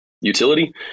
utility